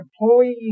employee